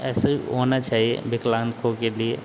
ऐसे ही होना चाहिए विकलांगों के लिए